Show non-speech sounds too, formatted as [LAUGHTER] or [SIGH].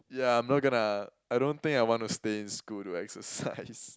ya I'm not gonna I don't think I want to stay in school to [LAUGHS] exercise